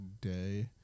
day